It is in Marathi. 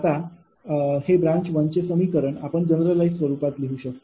आता हे ब्रांच 1 चे समीकरण आपण जनरलाईझ स्वरूपात लिहू शकतो